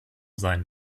sein